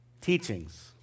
teachings